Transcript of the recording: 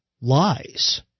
lies